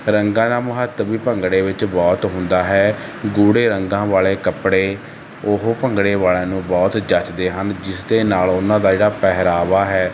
ਰੰਗਾਂ ਦਾ ਮਹੱਤਵ ਵੀ ਭੰਗੜੇ ਵਿੱਚ ਬਹੁਤ ਹੁੰਦਾ ਹੈ ਗੂੜੇ ਰੰਗਾਂ ਵਾਲੇ ਕੱਪੜੇ ਉਹ ਭੰਗੜੇ ਵਾਲਿਆਂ ਨੂੰ ਬਹੁਤ ਜੱਚਦੇ ਹਨ ਜਿਸ ਦੇ ਨਾਲ ਉਹਨਾਂ ਦਾ ਜਿਹੜਾ ਪਹਿਰਾਵਾ ਹੈ